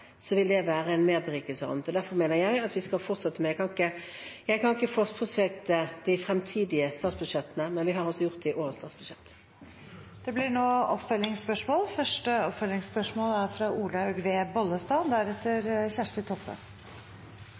vil det være en merberikelse. Derfor mener jeg vi skal fortsette. Jeg kan ikke forskuttere de fremtidige statsbudsjettene, men vi har altså gjort det i årets statsbudsjett. Det blir oppfølgingsspørsmål – først Olaug V. Bollestad.